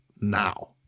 now